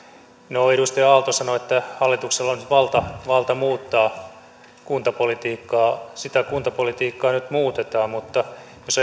no edustaja aalto sanoi että hallituksella olisi valta valta muuttaa kuntapolitiikkaa sitä kuntapolitiikkaa nyt muutetaan mutta jos